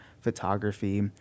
photography